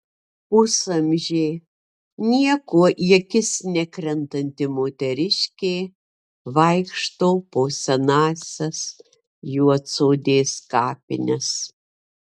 pusamžė niekuo į akis nekrentanti moteriškė vaikšto po senąsias juodsodės kapines